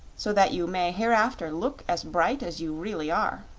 so that you may hereafter look as bright as you really are.